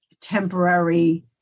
temporary